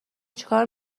چیکار